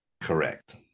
Correct